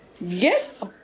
Yes